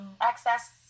access